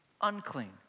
unclean